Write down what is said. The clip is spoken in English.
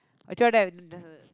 I cho~ th~